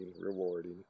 rewarding